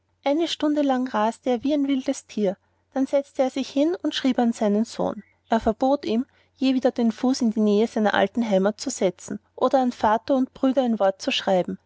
eine stunde lang raste er wie ein wildes tier dann setzte er sich hin und schrieb an seinen sohn er verbot ihm je wieder den fuß in die nähe seiner alten heimat zu setzen oder an vater und brüder ein wort zu schreiben